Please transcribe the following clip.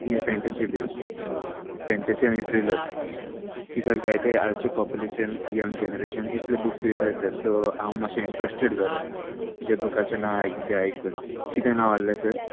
fantasy based fantasy आनी thriller कित्याक जायते आयचें पोपुलेशन यंग जनरेशन इतले बुक्स चोयताय सर सो हांव मातशें इंट्रस्टेड जालो तुज्या बुकाचें नांव आयक बी आयकून कितें नांव आहलें सर